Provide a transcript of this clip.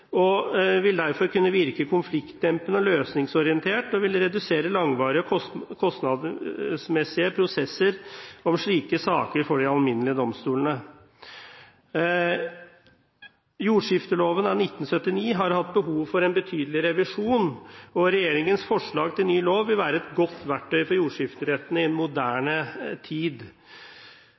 Det vil derfor kunne virke konfliktdempende og løsningsorientert og vil redusere langvarige og kostnadsmessige prosesser av slike saker for de alminnelige domstolene. Jordskifteloven av 1979 har hatt behov for en betydelig revisjon, og regjeringens forslag til ny lov vil være et godt verktøy for jordskifteretten i en moderne tid.